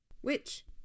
Which